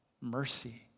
mercy